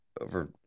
over